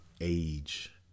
age